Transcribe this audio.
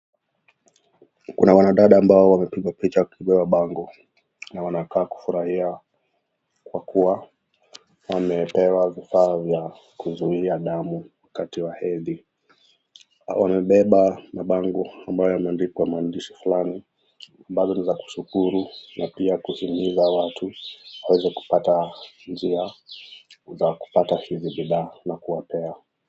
Kuna wanadada ambao wamepigwa picha wakibeba mabango na wanakaa kufurahia kwa kuwa wamepewa vifaa vya kuzuia damu wakati wa hedhi. Wamebeba mabango ambayo yameandikwa maandishi fulani ambazo ni za kushukuru na pia kuzingiza watu waweze kupata njia za kupata hizi bidhaa na kuwapea.